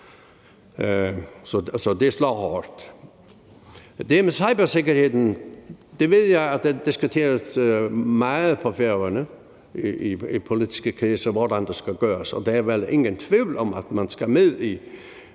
Så det slår hårdt. Det med cybersikkerheden ved jeg diskuteres meget på Færøerne i politiske kredse, altså hvordan det skal gøres. Og der er vel ingen tvivl om, at man skal med i